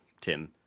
Tim